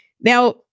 Now